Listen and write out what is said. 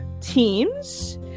teams